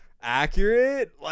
Accurate